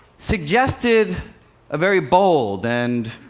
suggested a very bold and,